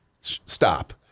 stop